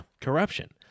corruption